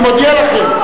אני מודיע לכם.